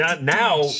Now